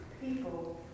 people